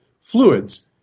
fluids